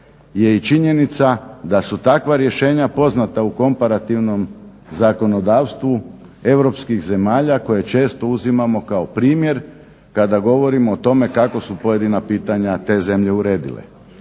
je i činjenica da su takva rješenja poznata u komparativnom zakonodavstvu europskih zemalja koje često uzimamo kao primjer kada govorimo o tome kako su pojedina pitanja te zemlje uredile.